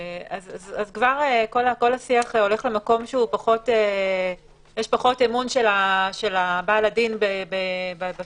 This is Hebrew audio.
כבר כל השיח הולך למקום שיש פחות אמון של בעל הדין בשופט.